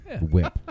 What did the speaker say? Whip